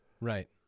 Right